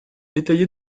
détaillé